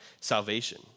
salvation